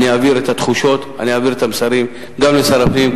אנחנו נצביע.